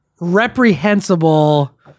reprehensible